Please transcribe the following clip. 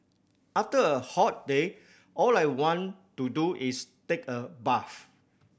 after a hot day all I want to do is take a bath